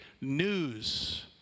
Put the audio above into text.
news